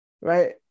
right